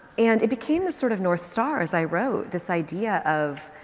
and it became a sort of north star as i wrote, this idea of